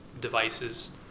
devices